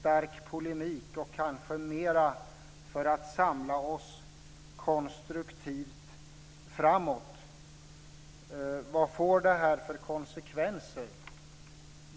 stark polemik, och kanske mera för att samla oss konstruktivt framåt. Vad får det här för konsekvenser?